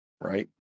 Right